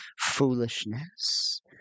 foolishness